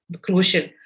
crucial